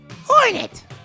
Hornet